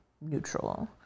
neutral